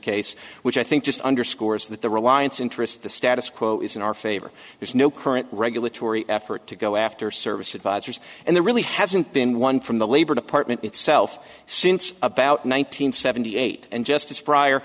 case which i think just underscores that the reliance interest the status quo is in our favor there's no current regulatory effort to go after service advisors and there really hasn't been one from the labor department itself since about one nine hundred seventy eight and justice